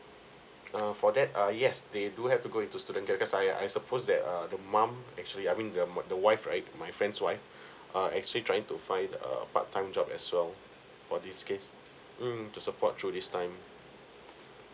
err for that uh yes they do have to go into student care because I I suppose that uh the mum actually I mean the mu~ the wife right my friend's wife uh actually trying find a part time job as well for this case mm to support through this time